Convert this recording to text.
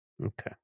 Okay